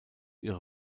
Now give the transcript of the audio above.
ihre